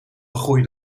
groei